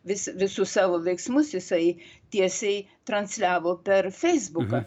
vis visus savo veiksmus jisai tiesiai transliavo per feisbuką